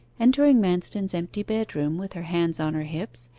entering manston's empty bedroom, with her hands on her hips,